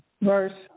Verse